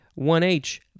1H